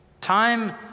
Time